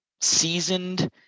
seasoned